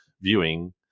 viewing